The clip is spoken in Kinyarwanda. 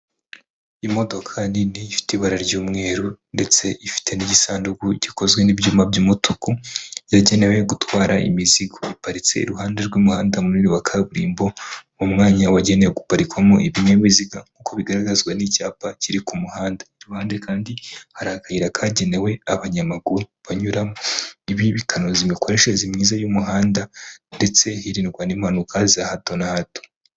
Imodoka nini ifite ibara ry'umweru ndetse ifite n'igisanduku gikozwe n'ibyuma by'umutuku, yagenewe gutwara imizigo. Iparitse iruhande rw'umuhanda munini wa kaburimbo mu mwanya wagenewe guparikwamo ibinyabiziga nk'uko bigaragazwa n'icyapa kiri ku muhanda. Iruhande kandi hari akayira kagenewe abanyamaguru banyuramo. Ibi bikanoza imikoreshereze myiza y'umuhanda ndetse hirindwa n'impanuka za hato na hato.